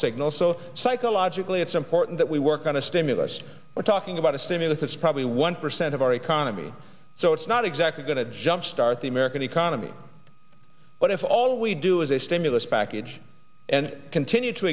signal so psychologically it's important that we work on a stimulus we're talking about a stimulus that's probably one percent of our economy so it's not exactly going to jumpstart the american economy but if all we do is a stimulus package and continue to